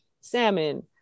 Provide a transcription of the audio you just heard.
salmon